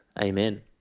amen